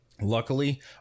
Luckily